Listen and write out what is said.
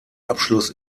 abschluss